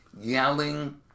yelling